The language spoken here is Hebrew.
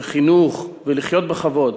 לחינוך ולחיים בכבוד,